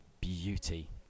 beauty